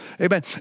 amen